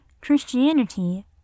Christianity